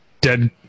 dead